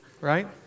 Right